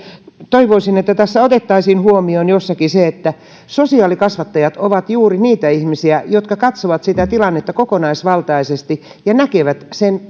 toivoisin että tässä jossakin otettaisiin huomioon se että sosiaalikasvattajat ovat juuri niitä ihmisiä jotka katsovat sitä tilannetta kokonaisvaltaisesti ja näkevät sen